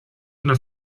una